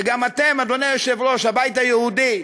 וגם אתם, אדוני היושב-ראש, הבית היהודי,